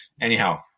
Anyhow